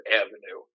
avenue